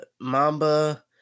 Mamba